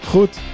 Goed